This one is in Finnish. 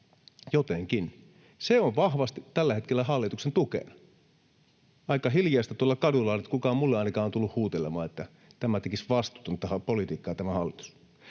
jotenkin. Se on vahvasti tällä hetkellä hallituksen tukena. Aika hiljaista tuolla kaduilla on, ei kukaan minulle ainakaan ole tullut huutelemaan, että tämä hallitus tekisi vastuutonta politiikkaa.